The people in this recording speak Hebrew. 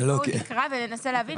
אז בואו נקרא וננסה להבין.